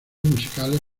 musicales